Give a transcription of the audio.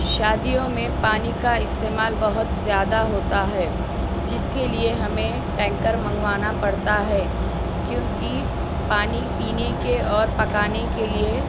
شادیوں میں پانی کا استعمال بہت زیادہ ہوتا ہے جس کے لیے ہمیں ٹینکر منگوانا پڑتا ہے کیوں کہ پانی پینے کے اور پکانے کے لیے